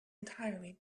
entirely